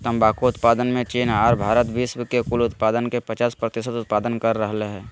तंबाकू उत्पादन मे चीन आर भारत विश्व के कुल उत्पादन के पचास प्रतिशत उत्पादन कर रहल हई